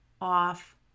off